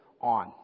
on